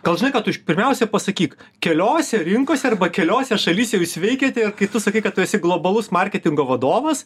gal žinai ką tu pirmiausia pasakyk keliose rinkose arba keliose šalyse jūs veikiate kai tu sakai kad tu esi globalus marketingo vadovas